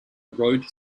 road